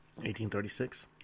1836